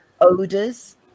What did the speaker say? odors